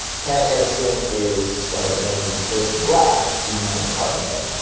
kat edison is scarlet magazine's first black female department head.